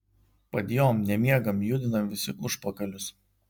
padjom nemiegam judinam visi užpakalius